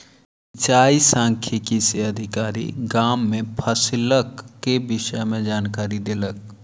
सिचाई सांख्यिकी से अधिकारी, गाम में फसिलक के विषय में जानकारी देलक